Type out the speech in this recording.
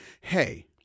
hey